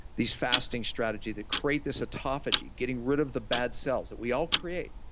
these fasting strategy that create this autophagy, getting rid of the bad cells that we all create,